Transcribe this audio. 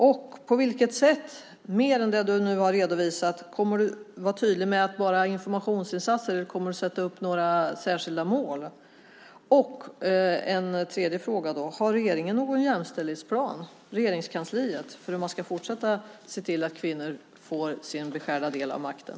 Och på vilket sätt, mer än det som du nu har redovisat, kommer du att vara tydlig? Kommer det att vara bara informationsinsatser, eller kommer du att sätta upp några särskilda mål? Och har Regeringskansliet någon jämställdhetsplan för hur man ska fortsätta att se till att kvinnor får sin beskärda del av makten?